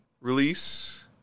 release